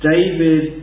David